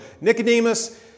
nicodemus